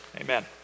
Amen